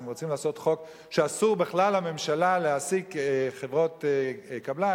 שהם רוצים לעשות חוק שאסור בכלל לממשלה להעסיק חברות קבלן,